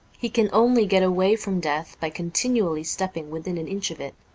he can only get away from death by continually stepping within an inch of it,